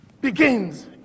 begins